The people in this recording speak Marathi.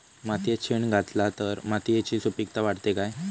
मातयेत शेण घातला तर मातयेची सुपीकता वाढते काय?